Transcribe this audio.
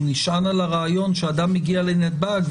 הוא נשען על הרעיון שאדם מגיע לנתב"ג,